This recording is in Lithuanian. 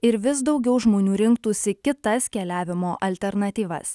ir vis daugiau žmonių rinktųsi kitas keliavimo alternatyvas